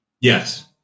Yes